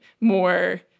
more